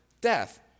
death